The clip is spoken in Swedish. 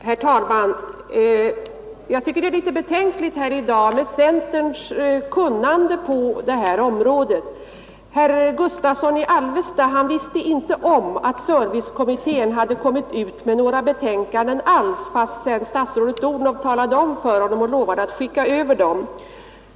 Herr talman! Man blir litet betänksam inför de bristande kunskaper som centerpartiets företrädare visat på detta område. Herr Gustavsson i Alvesta visste inte om att servicekommittén kommit ut med några betänkanden alls. Statsrådet Odhnoff talade om detta för honom och lovade att skicka över dem.